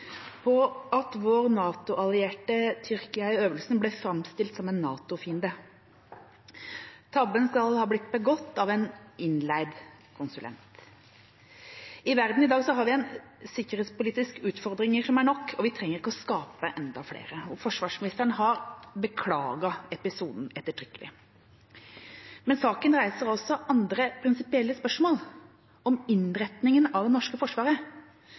på at Tyrkia, vår NATO-allierte, i øvelsen ble framstilt som en NATO-fiende. Tabben skal ha blitt begått av en innleid konsulent. I verden i dag har vi nok sikkerhetspolitiske utfordringer, vi trenger ikke å skape enda flere. Forsvarsministeren har beklaget episoden ettertrykkelig, men saken reiser også andre prinsipielle spørsmål om innretningen av det norske Forsvaret.